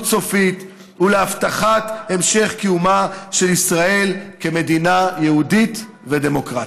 סופית ולהבטחת המשך קיומה של ישראל כמדינה יהודית ודמוקרטית.